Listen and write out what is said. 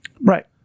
Right